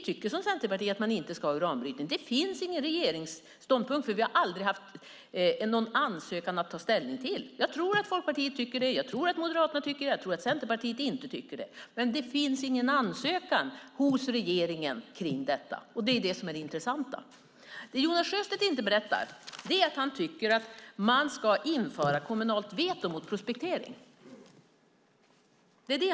Anledningen till att det inte finns en regeringsståndpunkt är att det aldrig funnits någon ansökan att ta ställning till. Jag tror att Folkpartiet och Moderaterna är positiva, men Centerpartiet motsätter sig det. Det finns dock ingen ansökan hos regeringen om detta, och det är det som är det intressanta. Det Jonas Sjöstedt inte berättar är att han vill införa kommunalt veto mot prospektering.